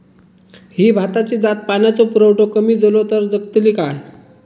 ही भाताची जात पाण्याचो पुरवठो कमी जलो तर जगतली काय?